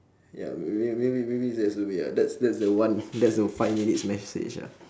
ya maybe maybe maybe that's the way ah that's that's the one that's the five minutes message ah